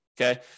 okay